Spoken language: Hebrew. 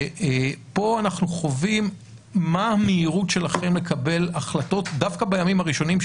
פה אנחנו חווים מה המהירות שלכם לקבל החלטות דווקא בימים הראשונים,